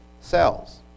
cells